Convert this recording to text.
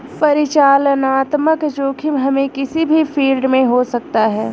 परिचालनात्मक जोखिम हमे किसी भी फील्ड में हो सकता है